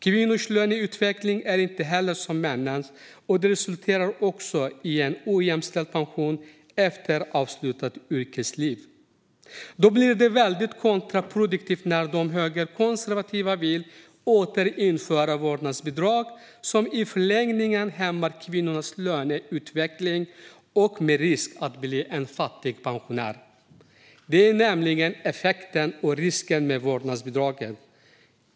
Kvinnors löneutveckling är inte heller som männens, och detta resulterar i en ojämställd pension efter avslutat yrkesliv. Då blir det väldigt kontraproduktivt när de högerkonservativa vill återinföra vårdnadsbidrag som i förlängningen hämmar kvinnornas löneutveckling, med risk att de blir fattiga pensionärer. Detta är nämligen effekten av och risken med vårdnadsbidraget.